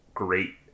great